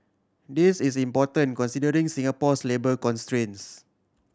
this is important considering Singapore's labour constraints